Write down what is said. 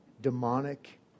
demonic